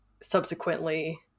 subsequently